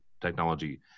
technology